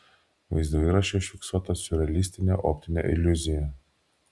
vaizdo įraše užfiksuota siurrealistinė optinė iliuzija